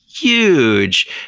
huge